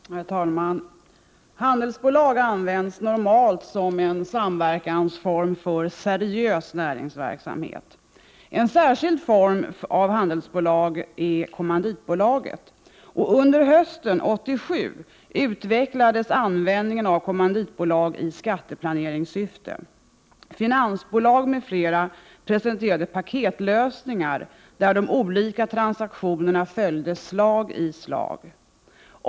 Herr talman! Handelsbolag används normalt som en samverkansform för seriös näringsverksamhet. En särskild form av handelsbolag är kommanditbolaget. Under hösten 1987 utvecklades användningen av kommanditbolag i skatteplaneringssyfte. Finansbolag m.fl. presenterade paketlösningar där de olika transaktionerna följde slag i slag.